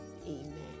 amen